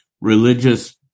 religious